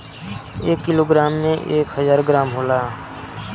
एक किलोग्राम में एक हजार ग्राम होला